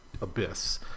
abyss